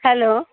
hello